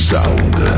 Sound